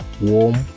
warm